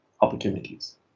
opportunities